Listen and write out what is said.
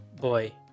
boy